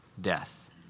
death